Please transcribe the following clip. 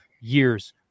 years